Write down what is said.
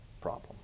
problem